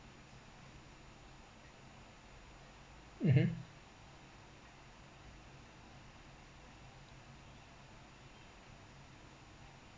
mmhmm